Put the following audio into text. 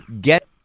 get